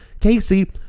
Casey